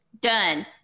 done